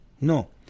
No